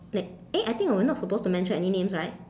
le~ eh I think we are not supposed to mention any names right